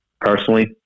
personally